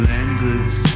endless